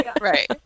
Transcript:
right